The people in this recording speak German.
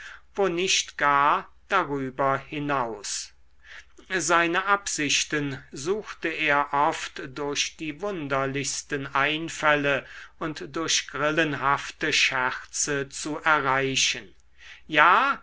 wo nicht gar darüber hinaus seine absichten suchte er oft durch die wunderlichsten einfälle und durch grillenhafte scherze zu erreichen ja